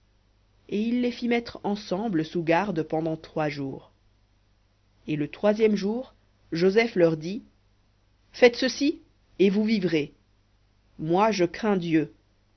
et il les fit mettre ensemble sous garde pendant trois jours v litt et le troisième jour joseph leur dit faites ceci et vous vivrez moi je crains dieu